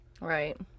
Right